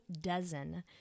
dozen